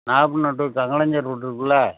Nagapattinam to Kangalancheri route இருக்குதில்ல